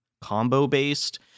combo-based